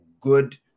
good